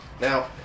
Now